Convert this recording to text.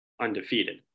undefeated